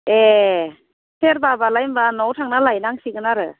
ए सेरबाबालाय होनबा न'आव थांना लायनांसिगोन आरो